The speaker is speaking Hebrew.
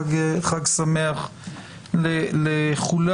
חג שמח לכולם.